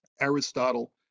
Aristotle